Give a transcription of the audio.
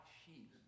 sheep